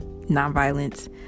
nonviolence